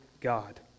God